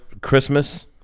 Christmas